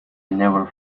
never